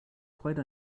quite